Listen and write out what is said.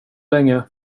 länge